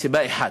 מסיבה אחת: